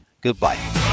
goodbye